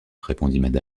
répondit